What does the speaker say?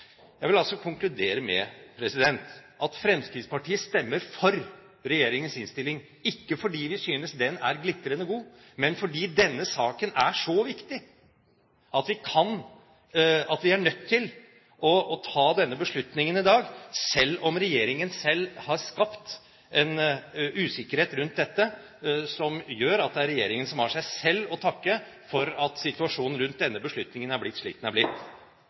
Jeg vil konkludere med at Fremskrittspartiet stemmer for innstillingen, ikke fordi vi synes den er glitrende god, men fordi denne saken er så viktig at vi er nødt til å ta denne beslutningen i dag, selv om regjeringen selv har skapt en usikkerhet rundt dette som gjør at regjeringen har seg selv å takke for at situasjonen rundt denne beslutningen har blitt slik den har blitt.